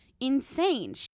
insane